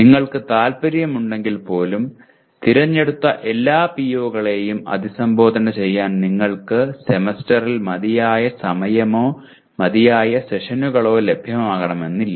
നിങ്ങൾക്ക് താൽപ്പര്യമുണ്ടെങ്കിൽപ്പോലും തിരഞ്ഞെടുത്ത എല്ലാ PO കളെയും അഭിസംബോധന ചെയ്യാൻ നിങ്ങൾക്ക് സെമസ്റ്ററിൽ മതിയായ സമയമോ മതിയായ സെഷനുകളോ ലഭ്യമാകണമെന്നില്ല